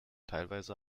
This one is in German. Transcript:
teilweise